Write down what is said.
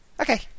okay